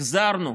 החזרנו